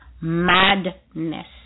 madness